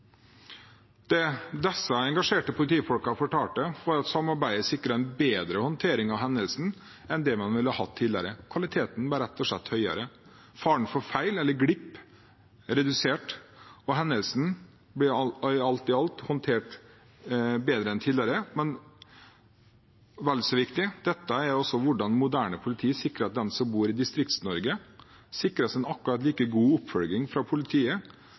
Det disse engasjerte politifolkene fortalte, var at samarbeidet sikret en bedre håndtering av hendelsen enn man ville hatt tidligere. Kvaliteten ble rett og slett høyere. Faren for feil eller glipper ble redusert, og hendelsen ble alt i alt håndtert bedre enn tidligere. Vel så viktig: Dette er hvordan et moderne politi sikrer at de som bor i Distrikts-Norge, sikres en akkurat like god oppfølging fra politiet